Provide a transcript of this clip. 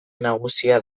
nagusia